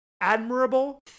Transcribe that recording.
Admirable